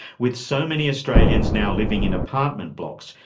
with so many australians now living in apartment blocks,